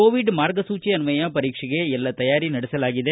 Covid ಮಾರ್ಗಸೂಚಿ ಅನ್ವಯ ಪರೀಕ್ಷೆಗೆ ಎಲ್ಲ ತಯಾರಿ ನಡೆಸಲಾಗಿದೆ